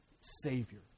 Savior